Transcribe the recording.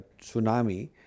tsunami